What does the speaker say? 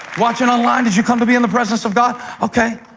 watching online, did you come to be in the presence of god? okay.